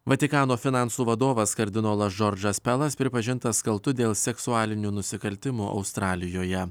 vatikano finansų vadovas kardinolas džordžas pelas pripažintas kaltu dėl seksualinių nusikaltimų australijoje